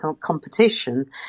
competition